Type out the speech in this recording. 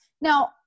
now